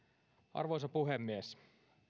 arvoisa puhemies